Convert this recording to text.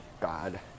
God